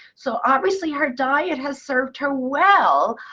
so obviously, her diet has served her well.